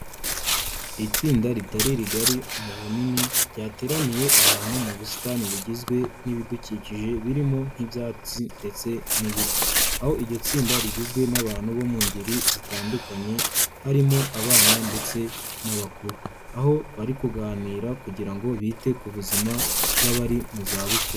Itsinda ritari rigari mu bunini ryateraniye ahantu mu busitani bugizwe n'ibidukikije birimo nk'ibyatsi ndetse n'ibiti, aho iryo tsinda rigizwe n'abantu bo mu ngeri zitandukanye, harimo abana ndetse n'abakuru, aho bari kuganira kugira ngo bite ku buzima bwabari mu zabukuru.